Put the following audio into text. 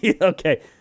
Okay